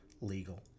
legal